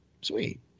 sweet